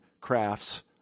crafts